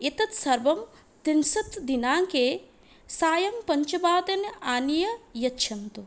एतत् सर्वं त्रिंशत् दिनाङ्के सायं पञ्चवादने आनीय यच्छन्तु